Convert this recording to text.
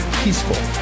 peaceful